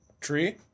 tree